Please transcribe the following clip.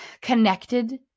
connected